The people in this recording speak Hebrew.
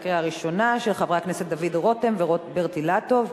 של חברי הכנסת דוד רותם ורוברט אילטוב,